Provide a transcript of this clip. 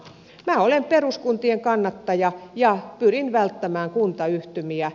minä olen peruskuntien kannattaja ja pyrin välttämään kuntayhtymiä